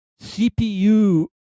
CPU